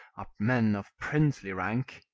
are men of princely rank.